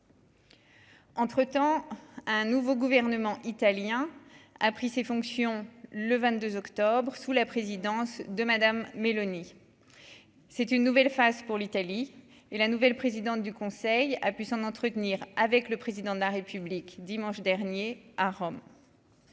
Entre-temps, un nouveau gouvernement italien a pris ses fonctions le 22 octobre sous la présidence de madame Meloni c'est une nouvelle phase pour l'Italie et la nouvelle présidente du conseil a pu s'en entretenir avec le président de la république dimanche dernier à Rome.